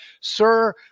sir